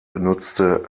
genutzte